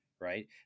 right